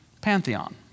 pantheon